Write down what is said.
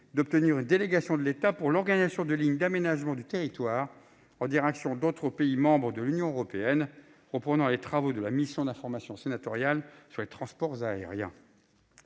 d'obtenir une délégation de l'État pour l'organisation des lignes d'aménagement du territoire en direction d'autres pays membres de l'Union européenne, reprenant les travaux de la mission d'information sénatoriale sur les transports aériens